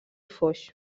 foix